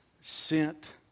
sent